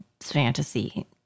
fantasy